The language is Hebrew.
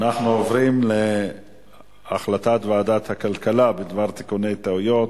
אנחנו עוברים להחלטת ועדת הכלכלה בדבר תיקוני טעויות.